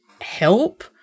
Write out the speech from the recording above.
help